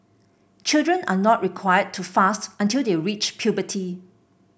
children are not required to fast until they reach puberty